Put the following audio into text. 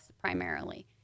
primarily